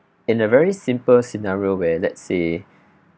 in a very simple scenario where let's say